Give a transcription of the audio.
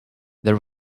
there